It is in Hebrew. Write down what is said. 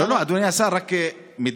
לא, אדוני השר, רק מידע.